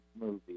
movie